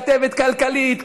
כתבת כלכלית,